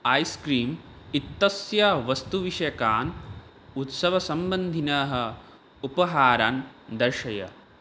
ice creams इत्यस्य वस्तुविषयकान् उत्सवसम्बन्धिनः उपहारान् दर्शय